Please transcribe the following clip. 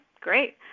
great